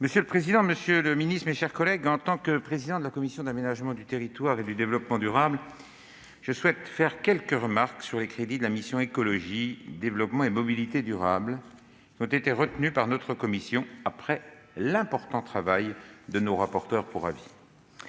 monsieur le ministre, madame la secrétaire d'État, mes chers collègues, en tant que président de la commission de l'aménagement du territoire et du développement durable, je souhaite partager avec vous les remarques sur les crédits de la mission « Écologie, développement et mobilité durables » qui ont été retenues par notre commission après l'important travail de nos rapporteurs pour avis.